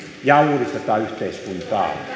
ja uudistetaan yhteiskuntaa